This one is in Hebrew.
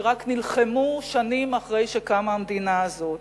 שנלחמו שנים אחרי שקמה המדינה הזאת,